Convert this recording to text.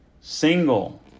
single